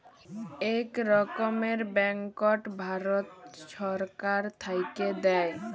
ইক রকমের ব্যাংকট ভারত ছরকার থ্যাইকে দেয়